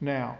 now.